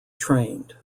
trained